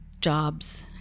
jobs